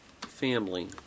family